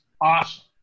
awesome